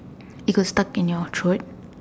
it could stuck in your throat